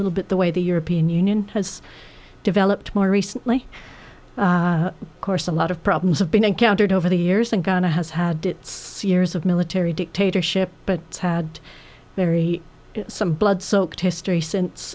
little bit the way the european union has developed more recently of course a lot of problems have been encountered over the years and going to has had its years of military dictatorship but it's had very some blood soaked history since